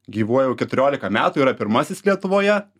gyvuoja jau keturiolika metų yra pirmasis lietuvoje